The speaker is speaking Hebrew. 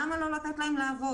למה לא לתת להם לעבוד?